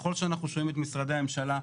שככל שאנחנו שומעים את משרדי הממשלה,